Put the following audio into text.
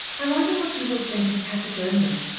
i wonder what you will think of patagonia,